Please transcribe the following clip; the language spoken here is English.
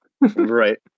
Right